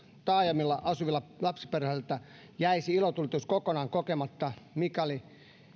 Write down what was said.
taajamien ulkopuolella asuvilta lapsiperheiltä jäisi ilotulitus kokonaan kokematta mikäli